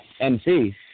MC